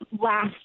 last